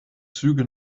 züge